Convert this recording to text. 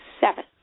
seven